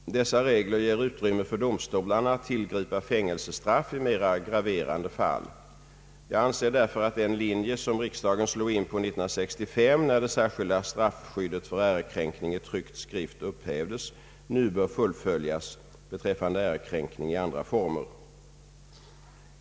Dessa regler ger utrymme för domstolarna att tillgripa fängelse i mera gra verande fall. Jag anser därför att den linje som riksdagen slog in på 1965, när det särskilda straffskyddet för ärekränkning i tryckt skrift upphävdes, nu bör fullföljas beträffande ärekränkning i andra former.